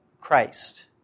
Christ